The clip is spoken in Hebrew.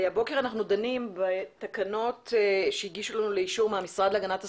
הבוקר אנחנו דנים בתקנות שהוגשו לנו לאישור מטעם המשרד להגנת הסביבה,